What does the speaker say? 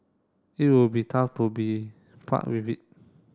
it would be tough to be part with it